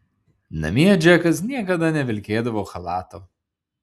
namie džekas niekada nevilkėdavo chalato